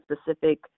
specific